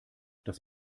das